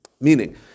meaning